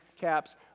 caps